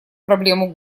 проблему